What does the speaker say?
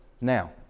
Now